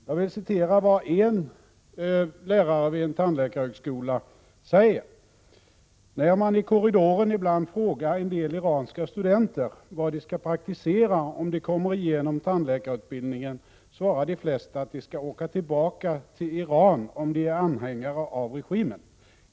Jag citerar här en lärare vid tandläkarhögskolan: ”När man i korridoren ibland frågar en del iranska studenter var de skall praktisera om de kommer igenom tandläkarutbildningen svarar de flesta att de skall åka tillbaka till Iran om de är anhängare av regimen.